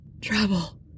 trouble